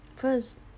First